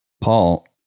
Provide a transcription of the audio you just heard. Paul